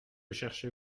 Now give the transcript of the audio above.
cherchez